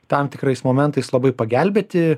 tam tikrais momentais labai pagelbėti